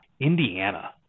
Indiana